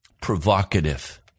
provocative